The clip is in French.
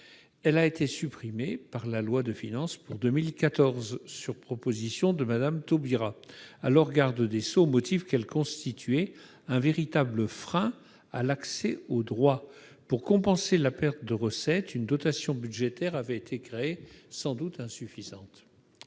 Elle avait été supprimée par la loi de finances pour 2014 sur proposition de Mme Taubira, alors garde des sceaux, au motif qu'elle constituait un véritable frein à l'accès au droit. Pour compenser la perte de recettes, une dotation budgétaire- sans doute insuffisante